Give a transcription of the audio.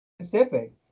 specific